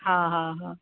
हा हा हा